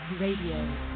Radio